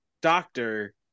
doctor